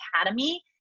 academy